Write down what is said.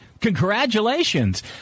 Congratulations